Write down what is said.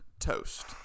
toast